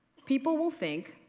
people will think